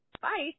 Bye